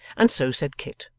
and so said kit.